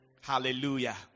Hallelujah